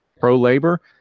Pro-labor